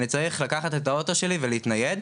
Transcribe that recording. אני צריך לקחת את האוטו שלי ולהתנייד.